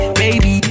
baby